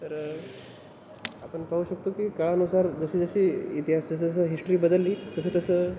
तर आपण पाहू शकतो की काळानुसार जशी जशी इतिहास जसं जसं हिस्ट्री बदलली तसं तसं